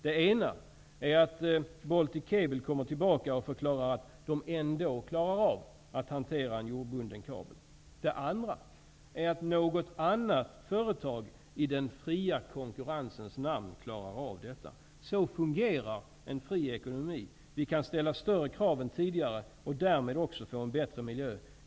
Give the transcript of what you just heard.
Det ena är att Baltic Cable AB återkommer och förklarar att man klarar av att hantera en jordbunden kabel. Det andra är att det visar sig att något annat företag, i den fria konkurrensens namn, klarar av det. Så fungerar en fri ekonomi. Vi kan ställa större krav än tidigare och därmed också få en bättre miljö.